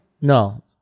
No